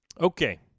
okay